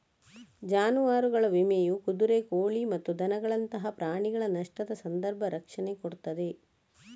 ಜಾನುವಾರುಗಳ ವಿಮೆಯು ಕುದುರೆ, ಕೋಳಿ ಮತ್ತು ದನಗಳಂತಹ ಪ್ರಾಣಿಗಳ ನಷ್ಟದ ಸಂದರ್ಭ ರಕ್ಷಣೆ ಕೊಡ್ತದೆ